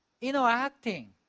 interacting